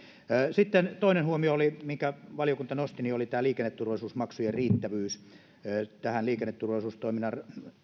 sitten toinen huomio minkä valiokunta nosti oli tämä liikenneturvallisuusmaksujen riittävyys liikenneturvallisuustoiminnan